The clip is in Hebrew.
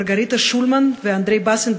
מרגריטה שולמן ואנדרי בסין,